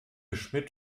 schmid